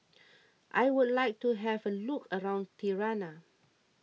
I would like to have a look around Tirana